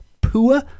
poor